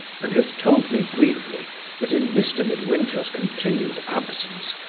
and has told me briefly that, in mr. midwinter's continued absence,